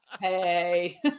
Hey